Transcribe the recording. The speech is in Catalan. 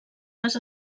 les